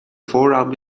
forearm